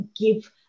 give